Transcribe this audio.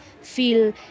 feel